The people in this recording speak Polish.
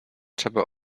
trzeba